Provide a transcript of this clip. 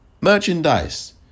merchandise